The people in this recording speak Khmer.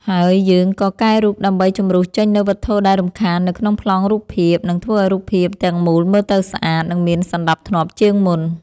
ហើយយើងក៏កែរូបដើម្បីជម្រុះចេញនូវវត្ថុដែលរំខាននៅក្នុងប្លង់រូបភាព នឹងធ្វើឱ្យរូបភាពទាំងមូលមើលទៅស្អាត និងមានសណ្ដាប់ធ្នាប់ជាងមុន។